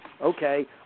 Okay